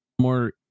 more